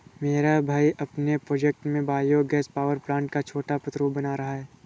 मेरा भाई अपने प्रोजेक्ट में बायो गैस पावर प्लांट का छोटा प्रतिरूप बना रहा है